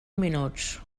minuts